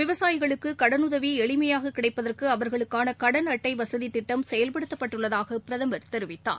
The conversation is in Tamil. விவசாயிகளுக்கு கடனுதவி எளிமையாக கிடைப்பதற்கு அவர்களுக்கான கடன் அட்டை வசதித் திட்டம் செயல்படுத்தப்பட்டுள்ளதாக பிரதமர் தெரிவித்தார்